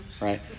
Right